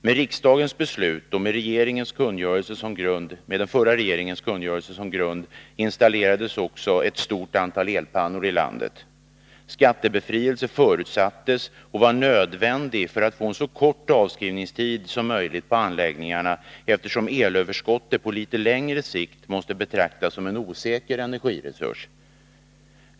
Med riksdagens beslut och den förra regeringens kungörelse som grund installerades också ett stort antal elpannor i landet. Skattebefrielse förutsattes och var nödvändig för att man skulle få en så kort avskrivningstid som möjligt på anläggningarna, eftersom elöverskottet på litet längre sikt måste betraktas som en osäker energiresurs.